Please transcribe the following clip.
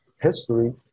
history